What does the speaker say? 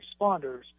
responders